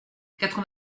quatre